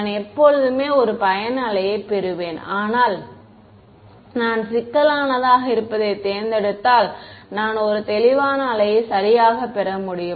நான் எப்போதுமே ஒரு ட்ராவெல்லிங் வேவ்ஸ் யை பெறுவேன் ஆனால் நான் சிக்கலானதாக இருப்பதைத் தேர்ந்தெடுத்தால் நான் ஒரு தெளிவான அலையை சரியாகப் பெற முடியும்